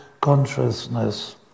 consciousness